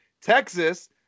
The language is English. Texas